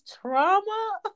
trauma